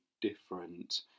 different